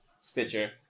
Stitcher